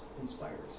inspires